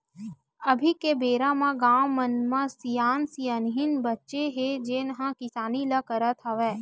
अभी के बेरा म गाँव मन म सियान सियनहिन बाचे हे जेन ह किसानी ल करत हवय